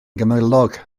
gymylog